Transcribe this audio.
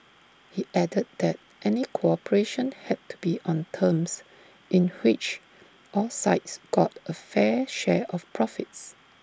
he added that any cooperation had to be on terms in which all sides got A fair share of profits